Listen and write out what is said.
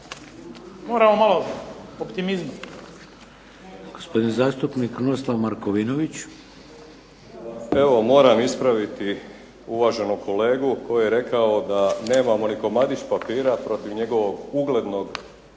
Moramo malo optimizma.